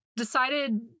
decided